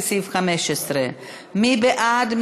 לסעיף 15. מי בעד?